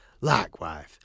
Likewise